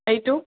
five two